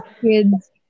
kids